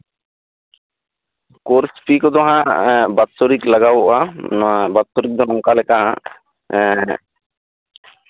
course fee ᱠᱚᱫᱚ ᱦᱟᱜ ᱵᱟᱛᱥᱚᱨᱤᱠ ᱞᱟᱜᱟᱣᱚᱜᱼᱟ ᱱᱚᱣᱟ ᱵᱟᱛᱥᱚᱨᱤᱠ ᱫᱚ ᱱᱚᱝᱠᱟ ᱞᱮᱠᱟ ᱮᱜ